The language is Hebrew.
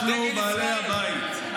אנחנו בעלי הבית.